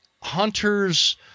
hunters